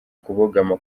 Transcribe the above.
kubogama